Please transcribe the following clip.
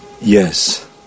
Yes